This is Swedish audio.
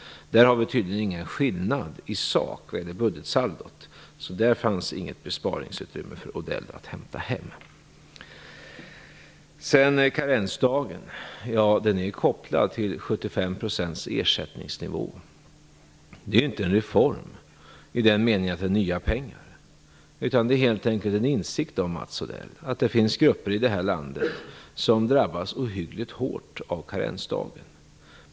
I sak finns det tydligen inte någon skillnad när det gäller budgetsaldot. Där fanns inget besparingsutrymme för Odell att hämta hem. Sedan är karensdagen kopplad till 75 % ersättningsnivå. Det är ju inte en reform i den meningen att det är fråga om nya pengar. Det är helt enkelt en insikt om, Mats Odell, att det finns grupper i det här landet som drabbas ohyggligt hårt av karensdagen.